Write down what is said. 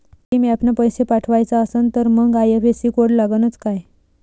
भीम ॲपनं पैसे पाठवायचा असन तर मंग आय.एफ.एस.सी कोड लागनच काय?